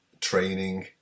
training